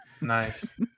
nice